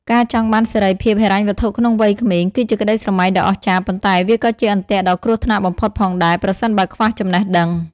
ការចង់បានសេរីភាពហិរញ្ញវត្ថុក្នុងវ័យក្មេង គឺជាក្តីស្រមៃដ៏អស្ចារ្យ ប៉ុន្តែវាក៏ជាអន្ទាក់ដ៏គ្រោះថ្នាក់បំផុតផងដែរ ប្រសិនបើខ្វះចំណេះដឹង។